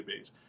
database